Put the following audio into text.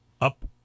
up